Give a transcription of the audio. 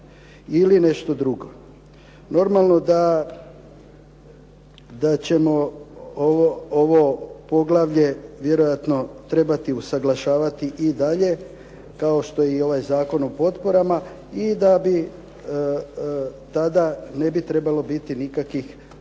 ili nešto drugo? Normalno da ćemo ovo poglavlje vjerojatno trebati usaglašavati i dalje, kao što je i ovaj Zakon o potporama i da tada ne bi trebalo biti nikakvih problema.